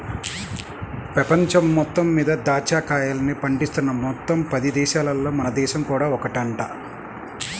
పెపంచం మొత్తం మీద దాచ్చా కాయల్ని పండిస్తున్న మొత్తం పది దేశాలల్లో మన దేశం కూడా ఒకటంట